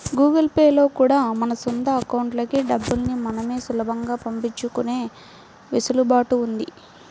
Google pay లో కూడా మన సొంత అకౌంట్లకి డబ్బుల్ని మనమే సులభంగా పంపించుకునే వెసులుబాటు ఉంది